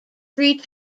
three